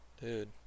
dude